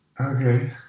Okay